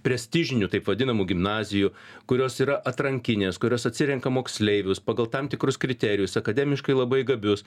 prestižinių taip vadinamų gimnazijų kurios yra atrankinės kurios atsirenka moksleivius pagal tam tikrus kriterijus akademiškai labai gabius